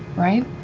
right?